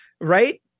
right